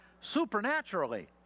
supernaturally